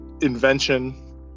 invention